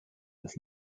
das